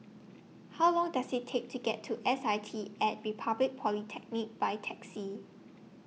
How Long Does IT Take to get to S I T At Republic Polytechnic By Taxi